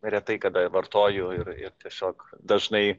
retai kada vartoju ir ir tiesiog dažnai